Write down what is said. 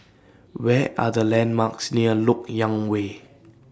What Are The landmarks near Lok Yang Way